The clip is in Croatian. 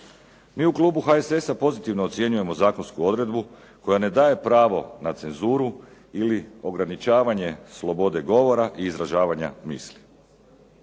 Mi u klubu HSS-a pozitivno ocjenjujemo zakonsku odredbu koja ne daje pravo na cenzuru ili ograničavanje slobode govora i izražavanja misli.